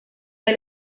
del